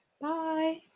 Bye